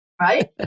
Right